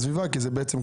שבת ברחבי הארץ",